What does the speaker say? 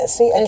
See